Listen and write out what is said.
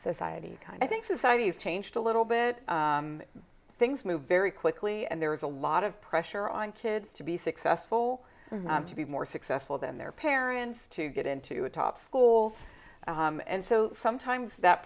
society kind i think society's changed a little bit things move very quickly and there's a lot of pressure on kids to be successful to be more successful than their parents to get into a top schools and so sometimes that